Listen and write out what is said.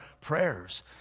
prayers